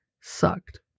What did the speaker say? sucked